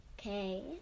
okay